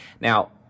Now